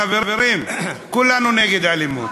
חברים, כולנו נגד אלימות.